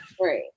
right